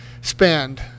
spend